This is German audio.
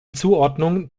zuordnung